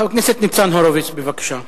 חבר הכנסת ניצן הורוביץ, בבקשה.